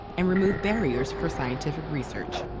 and remove barriers for scientific research.